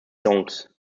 songs